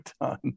done